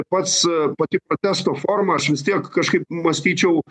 pats pati protesto forma aš vis tiek kažkaip mąstyčiau